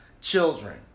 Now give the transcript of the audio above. Children